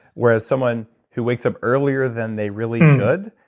whereas, someone who wakes up earlier than they really should,